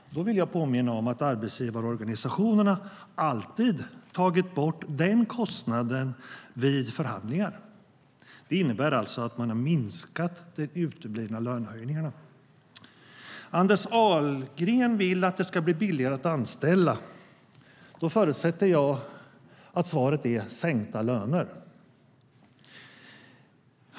Jag vill påminna om att arbetsgivarorganisationerna alltid tagit bort den kostnaden vid förhandlingar. Det innebär alltså att man har minskat de uteblivna lönehöjningarna. Anders Ahlgren vill att det ska bli billigare att anställa. Då förutsätter jag att svaret är sänkta löner.